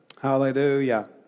Hallelujah